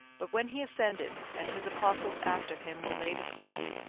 but when he ascended, and his apostles after him were laid asleep,